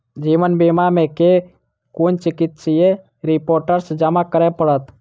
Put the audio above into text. जीवन बीमा मे केँ कुन चिकित्सीय रिपोर्टस जमा करै पड़त?